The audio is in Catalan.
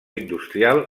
industrial